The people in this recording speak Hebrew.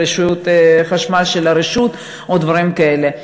חשמל של הרשות או דברים כאלה.